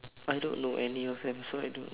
I don't know any of them so I don't